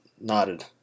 nodded